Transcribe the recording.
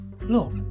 Look